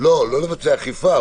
לא לבצע אכיפה,